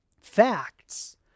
facts